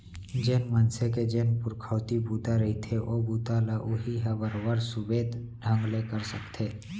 जेन मनसे के जेन पुरखउती बूता रहिथे ओ बूता ल उहीं ह बरोबर सुबेवत ढंग ले कर सकथे